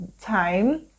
time